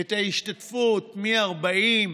את ההשתתפות מ-40%.